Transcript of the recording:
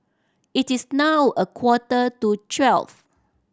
it is now a quarter to twelve